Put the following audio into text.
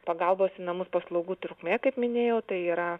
pagalbos į namus paslaugų trukmė kaip minėjau tai yra